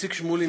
איציק שמולי,